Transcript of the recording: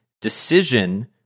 decision